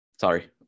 Sorry